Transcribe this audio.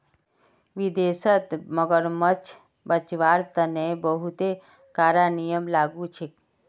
विदेशत मगरमच्छ बचव्वार तने बहुते कारा नियम लागू छेक